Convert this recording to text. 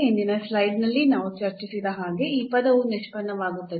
ಹಿಂದಿನ ಸ್ಲೈಡ್ನಲ್ಲಿ ನಾವು ಚರ್ಚಿಸಿದ ಹಾಗೆ ಈ ಪದವು ನಿಷ್ಪನ್ನವಾಗುತ್ತದೆ